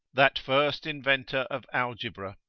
that first inventor of algebra,